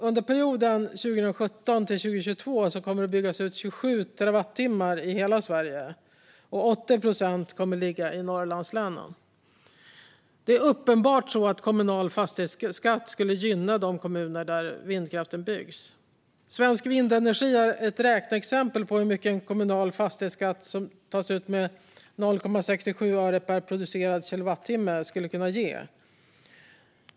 Under perioden 2017-2022 kommer den att byggas ut med 27 terawattimmar i hela Sverige, och 80 procent kommer att ligga i Norrlandslänen. Det är uppenbart att kommunal fastighetsskatt skulle gynna de kommuner där vindkraften byggs. Svensk Vindenergi har ett räkneexempel på hur mycket en kommunal fastighetsskatt som tas ut med 0,67 öre per producerad kilowattimme skulle kunna ge.